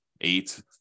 eight